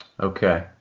Okay